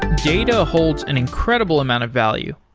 data holds an incredible amount of value,